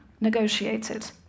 negotiated